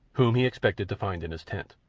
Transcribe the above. whom he expected to find in his tent.